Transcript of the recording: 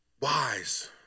wise